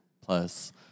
plus